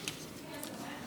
בסדר.